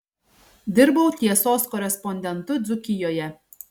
dirbau tiesos korespondentu dzūkijoje